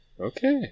Okay